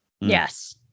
Yes